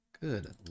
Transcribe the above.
Good